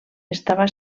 estava